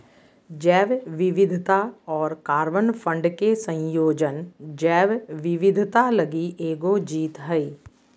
जैव विविधता और कार्बन फंड के संयोजन जैव विविधता लगी एगो जीत हइ